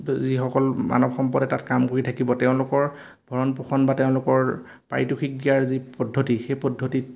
যিসকল মানৱ সম্পদে তাত কাম কৰি থাকিব তেওঁলোকৰ ভৰণ পোষণ বা তেওঁলোকৰ পাৰিতোষিক ক্ৰিয়াৰ যি পদ্ধতি সেই পদ্ধতিত